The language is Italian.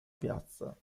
piazza